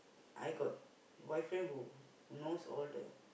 I got boyfriend who knows all the